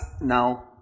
now